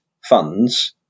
funds